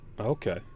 Okay